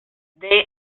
they